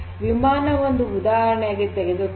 ವಿಮಾನವನ್ನು ಒಂದು ಉದಾಹರಣೆಯನ್ನಾಗಿ ತೆಗೆದುಕೊಳ್ಳೋಣ